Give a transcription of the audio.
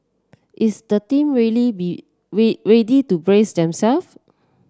is the team ready to brace themselves